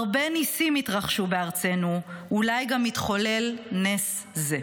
הרבה ניסים התרחשו בארצנו, אולי גם יתחולל נס זה.